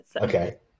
Okay